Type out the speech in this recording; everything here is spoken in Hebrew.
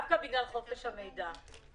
דווקא בגלל חופש המידע.